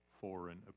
foreign